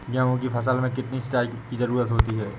गेहूँ की फसल में कितनी सिंचाई की जरूरत होती है?